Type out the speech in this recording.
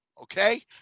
okay